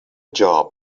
job